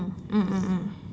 mm mm mm